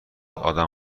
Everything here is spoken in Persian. آدم